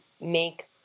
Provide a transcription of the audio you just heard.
make